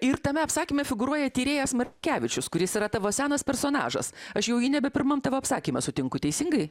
ir tame apsakyme figūruoja tyrėjas markevičius kuris yra tavo senas personažas aš jau jį nebe pirmam tavo apsakyme sutinku teisingai